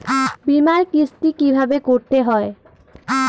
বিমার কিস্তি কিভাবে করতে হয়?